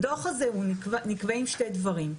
בדוח הזה נקבעים שני דברים: